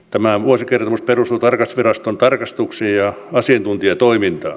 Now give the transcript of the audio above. tämä vuosikertomus perustuu tarkastusviraston tarkastuksiin ja asiantuntijatoimintaan